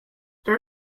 dirt